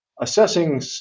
assessing